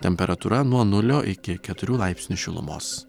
temperatūra nuo nulio iki keturių laipsnių šilumos